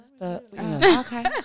Okay